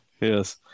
yes